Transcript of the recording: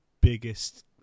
biggest